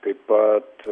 taip pat